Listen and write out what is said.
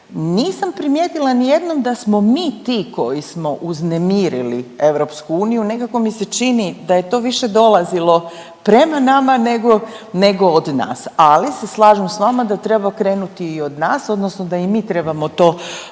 Nisam primijetila nijednom da smo mi ti koji smo uznemirili EU, nekako mi se čini da je to više dolazilo prema nama nego od nas. Ali se slažem s vama da treba krenuti i od nas odnosno da i mi trebamo to bolje